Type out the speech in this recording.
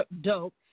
dope